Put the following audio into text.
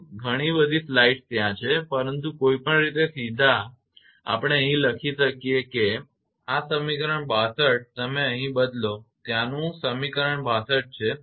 ઘણી બધી સ્લાઇડ્સ ત્યાં છે પરંતુ કોઈપણ રીતે સીધા આપણે અહીં લખી શકીએ છીએ કે આ સમીકરણ 62 તમે અહીં બદલો ત્યાંનું સમીકરણ 62 છે